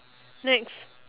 next